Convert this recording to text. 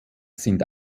sind